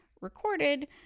recorded